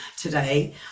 today